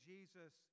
Jesus